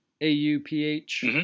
A-U-P-H